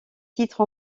titres